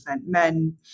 men